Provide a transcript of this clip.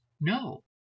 No